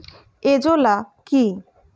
Azolla কি?